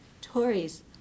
Tories